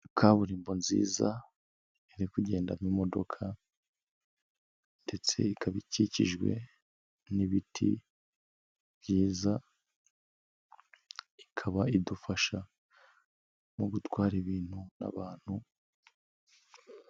Kaburimbo nziza iri kugendamo imodoka ndetse ikaba ikikijwe n'ibiti byiza, ikaba idufasha mu gutwara ibintu n'abantu.